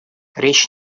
речь